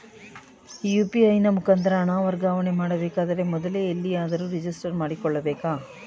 UPI ನ ಮುಖಾಂತರ ಹಣ ವರ್ಗಾವಣೆ ಮಾಡಬೇಕಾದರೆ ಮೊದಲೇ ಎಲ್ಲಿಯಾದರೂ ರಿಜಿಸ್ಟರ್ ಮಾಡಿಕೊಳ್ಳಬೇಕಾ?